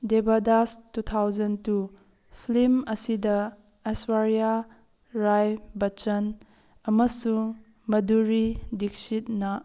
Devdas two thousand two film ꯑꯁꯤꯗ ꯑꯏꯁꯣꯔꯤꯌꯥ ꯔꯥꯏ ꯕꯆꯟ ꯑꯃꯁꯨꯡ ꯃꯥꯗꯨꯔꯤ ꯗꯤꯛꯁꯤꯠꯅ